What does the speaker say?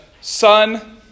son